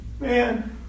Man